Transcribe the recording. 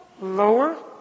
lower